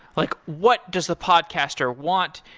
like what does the podcaster want?